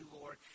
Lord